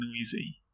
noisy